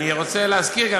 אני רוצה להזכיר גם,